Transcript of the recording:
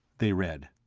they read.